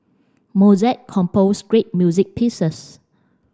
Mozart composed great music pieces